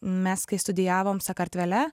mes kai studijavom sakartvele